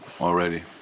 already